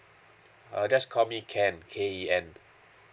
uh just call me ken K E N